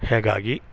ಹಾಗಾಗಿ